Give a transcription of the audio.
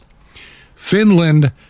Finland